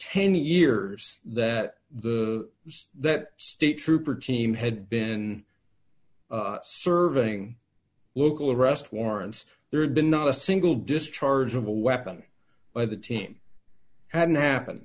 ten years that the that state trooper team had been serving local arrest warrant there had been not a single discharge of a weapon by the team hadn't happened